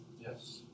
Yes